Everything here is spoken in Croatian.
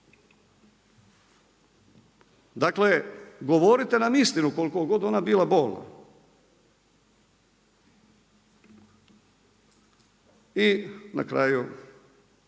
Dakle, govorite nam istinu, koliko god ona bila bolna. I na kraju,